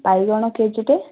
ବାଇଗଣ କେଜିଟେ